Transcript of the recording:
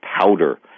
powder